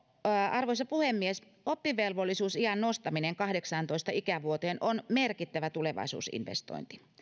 arvoisa puhemies oppivelvollisuusiän nostaminen kahdeksaantoista ikävuoteen on merkittävä tulevaisuusinvestointi